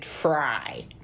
try